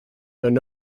though